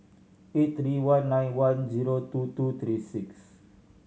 eight three one nine one zero two two three six